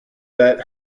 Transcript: that